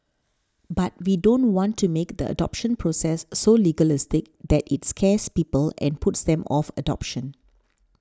but we don't want to make the adoption process so legalistic that it scares people and puts them off adoption